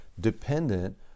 dependent